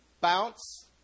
bounce